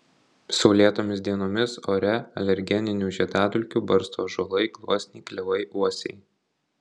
saulėtomis dienomis ore alergeninių žiedadulkių barsto ąžuolai gluosniai klevai uosiai